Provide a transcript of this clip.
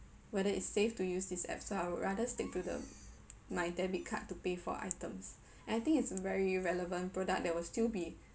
whether it's safe to use these apps so I would rather stick to the my debit card to pay for items and I think it's very relevant product that will still be